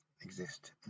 exist